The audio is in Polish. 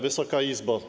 Wysoka Izbo!